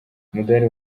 umudali